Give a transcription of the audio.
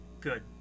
Good